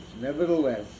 nevertheless